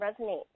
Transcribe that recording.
resonate